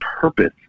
purpose